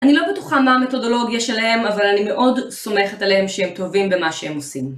אני לא בטוחה מה המתודולוגיה שלהם אבל אני מאוד סומכת עליהם שהם טובים במה שהם עושים.